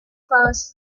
powers